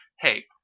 hey